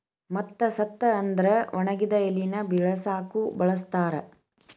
ಮತ್ತ ಸತ್ತ ಅಂದ್ರ ಒಣಗಿದ ಎಲಿನ ಬಿಳಸಾಕು ಬಳಸ್ತಾರ